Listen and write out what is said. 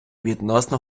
відносно